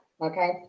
okay